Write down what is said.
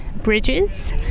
bridges